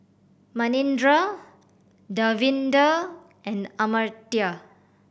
Manindra Davinder and Amartya